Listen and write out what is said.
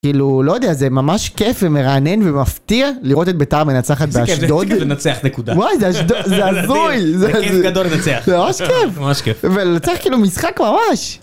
כאילו, לא יודע, זה ממש כיף ומרענן ומפתיע לראות את ביתר מנצחת באשדוד. זה כיף לנצח, נקודה. וואי, זה אשדוד, זה הזוי. זה כיף גדול לנצח. זה ממש כיף. זה ממש כיף. ולנצח כאילו משחק ממש.